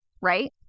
Right